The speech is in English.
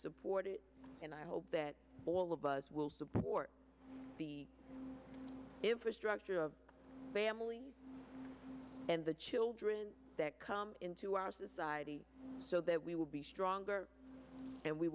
support it and i hope that all of us will support the infrastructure of and the children that come into our society so that we will be stronger and we